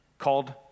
Called